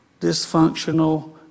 dysfunctional